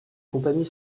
compagnies